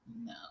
No